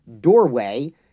doorway